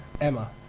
Emma